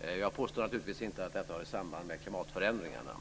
Jag påstår naturligtvis inte att detta hör samman med klimatförändringarna.